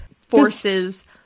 forces